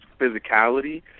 physicality